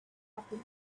happen